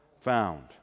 Found